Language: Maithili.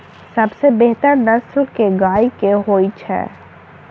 सबसँ बेहतर नस्ल केँ गाय केँ होइ छै?